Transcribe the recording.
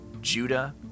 Judah